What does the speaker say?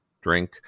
drink